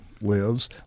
lives